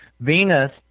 Venus